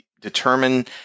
determine